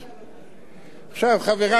עכשיו, חברי חברי הכנסת,